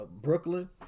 Brooklyn